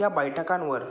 या बैठकांवर